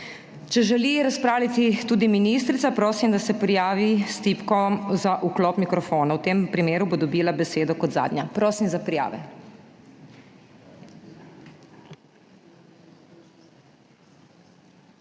Če želi razpravljati tudi ministrica, prosim, da se prijavi s tipko za vklop mikrofona. V tem primeru bo dobila besedo kot zadnja. Prosim za prijave.